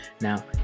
Now